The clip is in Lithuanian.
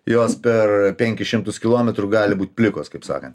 jos per penkis šimtus kilometrų gali būt plikos kaip sakant